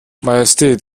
majestät